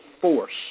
force